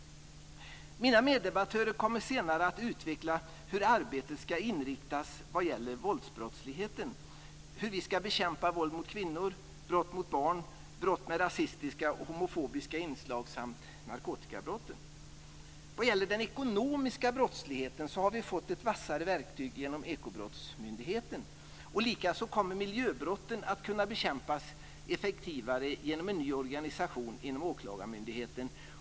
Mina meddebattörer kommer senare att utveckla hur arbetet ska inriktas vad gäller våldsbrottsligheten, hur vi ska bekämpa våld mot kvinnor, brott mot barn, brott med rasistiska och homofobiska inslag samt narkotikabrotten. När det gäller den ekonomiska brottsligheten har vi fått ett vassare verktyg genom Ekobrottsmyndigheten. Likaså kommer miljöbrotten att kunna bekämpas effektivare genom en ny organisation inom åklagarmyndigheten.